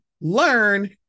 learn